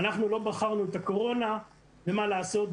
אנחנו לא בחרנו את הקורונה ומה לעשות,